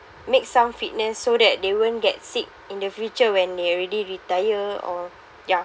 make some fitness so that they won't get sick in the future when they already retire or ya